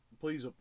please